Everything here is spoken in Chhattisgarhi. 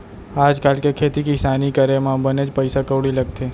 आज काल के खेती किसानी करे म बनेच पइसा कउड़ी लगथे